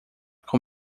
com